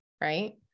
right